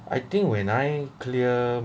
I think when I clear